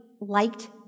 liked